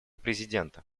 президента